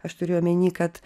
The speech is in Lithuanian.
aš turiu omeny kad